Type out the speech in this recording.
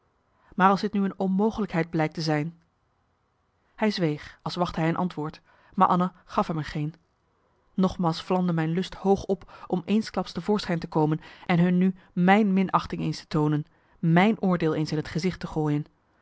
maar als dit nu een onmogelijkheid blijkt te zijn hij zweeg als wachtte hij een antwoord maar anna gaf er hem geen nogmaals vlamde mijn lust hoog op om eensklaps te voorschijn te komen en hun nu mijn minachting eens te toonen mijn oordeel eens in het gezicht te gooien